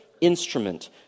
instrument